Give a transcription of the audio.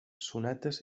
sonates